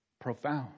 Profound